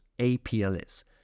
APLS